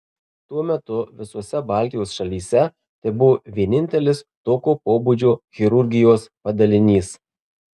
tuo metu visose baltijos šalyse tai buvo vienintelis tokio pobūdžio chirurgijos padalinys